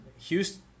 Houston